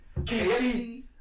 KFC